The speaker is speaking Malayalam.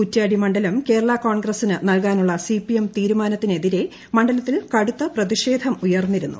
കുറ്റ്യാടി മണ്ഡലം കേരള കോൺഗ്രസിന് നൽകാനുള്ള സിപിഎം തീരുമാനത്തിനെതിരെ മണ്ഡലത്തിൽ കടുത്ത പ്രതിഷേധം ഉയർന്നിരുന്നു